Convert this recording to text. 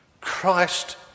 Christ